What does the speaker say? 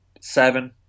seven